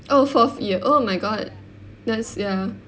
oh fourth year oh my god that's ya